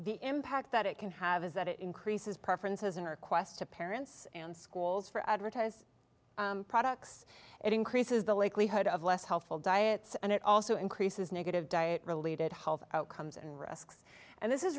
the impact that it can have is that it increases preferences in our quest to parents and schools for advertise products it increases the likelihood of less healthful diet and it also increases negative diet related health outcomes and risks and this is